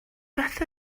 beth